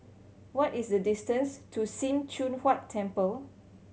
what is the distance to Sim Choon Huat Temple